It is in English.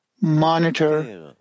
monitor